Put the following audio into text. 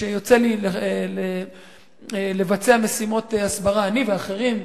שיוצא לי לבצע משימות הסברה, אני ואחרים,